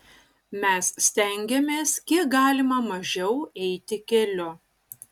mes stengiamės kiek galima mažiau eiti keliu